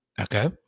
Okay